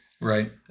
right